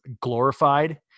glorified